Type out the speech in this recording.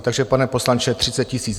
Takže pane poslanče, třicet tisíc.